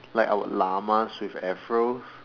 like our llamas with Afros